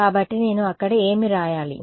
కాబట్టి నేను అక్కడ ఏమి వ్రాయాలి